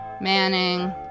Manning